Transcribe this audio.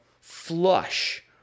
flush